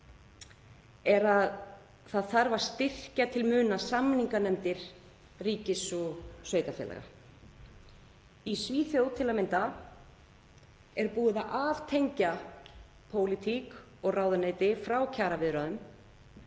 er að það þarf að styrkja til muna samninganefndir ríkis og sveitarfélaga. Í Svíþjóð er til að mynda búið að aftengja pólitík og ráðuneyti frá kjaraviðræðum.